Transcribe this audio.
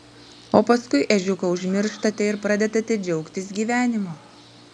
o paskui ežiuką užmirštate ir pradedate džiaugtis gyvenimu